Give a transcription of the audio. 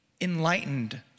enlightened